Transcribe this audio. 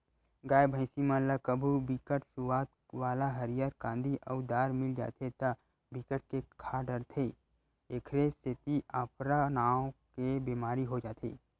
गाय, भइसी मन ल कभू बिकट सुवाद वाला हरियर कांदी अउ दार मिल जाथे त बिकट के खा डारथे एखरे सेती अफरा नांव के बेमारी हो जाथे